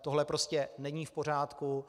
Tohle prostě není v pořádku.